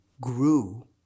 grew